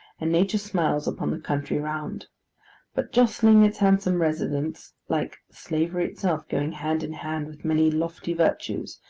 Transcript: and nature smiles upon the country round but jostling its handsome residences, like slavery itself going hand in hand with many lofty virtues,